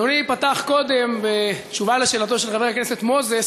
אדוני פתח קודם בתשובה על שאלתו של חבר הכנסת מוזס